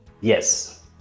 yes